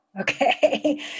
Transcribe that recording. Okay